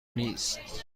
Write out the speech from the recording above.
نیست